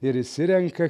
ir išsirenka